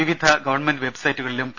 വിവിധ ഗവൺമെന്റ് വെബ്സൈറ്റുകളിലും പി